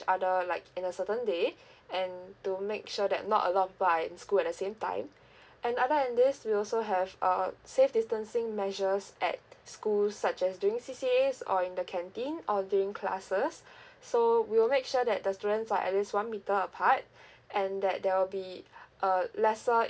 each other like in a certain day and to make sure that not a lot of people are in school at the same time and other than this we also have uh safe distancing measures at school such as during C_C_As or in the canteen or during classes so we will make sure that the students are at least one meter apart and that there will be uh lesser